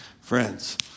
friends